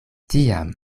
tiam